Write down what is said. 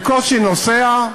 בקושי נוסע,